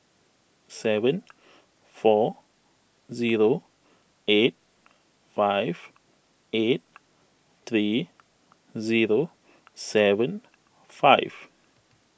seven four zero eight five eight three zero seven five